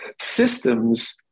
Systems